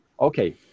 okay